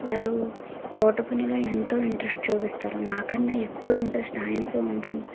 వారు తోట పనిలో ఎంతో ఇంట్రెస్ట్ చూపిస్తారు నాకన్నా ఎక్కువ ఇంట్రెస్ట్ ఆయనకే ఉంటుంది